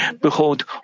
Behold